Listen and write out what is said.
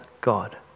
God